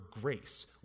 Grace